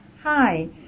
Hi